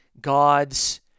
God's